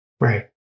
right